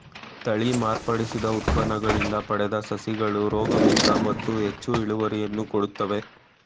ತಳಿ ಮಾರ್ಪಡಿಸಿದ ಉತ್ಪನ್ನಗಳಿಂದ ಪಡೆದ ಸಸಿಗಳು ರೋಗಮುಕ್ತ ಮತ್ತು ಹೆಚ್ಚು ಇಳುವರಿಯನ್ನು ಕೊಡುತ್ತವೆ